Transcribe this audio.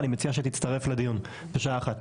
אני מציע שתצטרף לדיון בשעה 13:00,